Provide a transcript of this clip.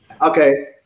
Okay